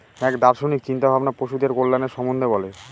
এক দার্শনিক চিন্তা ভাবনা পশুদের কল্যাণের সম্বন্ধে বলে